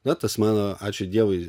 na tas mano ačiū dievui